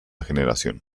generación